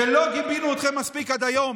אני לא, שלא גיבינו אתכם מספיק עד היום.